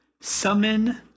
summon